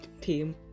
team